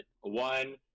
one